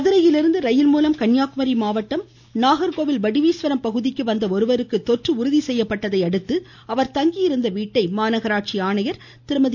மதுரையிலிருந்து ரயில் மூலம் கன்னியாகுமரி மாவட்டம் நாகர்கோவில் வடிவீஸ்வரம் பகுதிக்கு வந்த ஒருவருக்கு தொற்று உறுதி செய்யப்பட்டதையடுத்து அவர் தங்கியிருந்த வீட்டை மாநகராட்சி ஆணையர் திருமதி